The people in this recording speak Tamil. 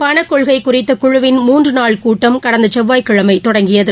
பணக்கொள்கைகுறித்தகுழுவின் முன்றநாள் கூட்டம் கடந்தசெவ்வாய்க்கிழமைதொடங்கியது